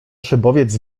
szybowiec